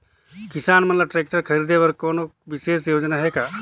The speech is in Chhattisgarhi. किसान मन ल ट्रैक्टर खरीदे बर कोनो विशेष योजना हे का?